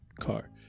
car